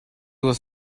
was